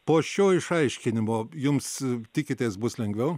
po šio išaiškinimo jums tikitės bus lengviau